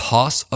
Toss